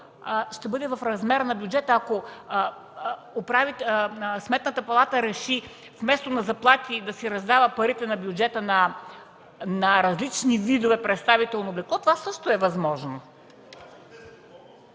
ще бъде в размер на бюджета. Ако Сметната палата реши вместо за заплати, да си раздава парите на бюджета за различни видове представително облекло, това също е възможно.